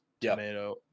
tomato